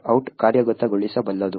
out ಕಾರ್ಯಗತಗೊಳಿಸಬಲ್ಲದು